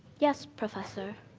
yes professor.